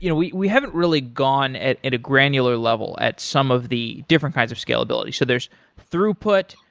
you know we we haven't really gone at at a granular level at some of the different kinds of scalability. so there's throughput,